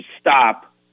stop